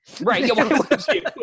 Right